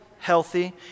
healthy